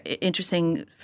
interesting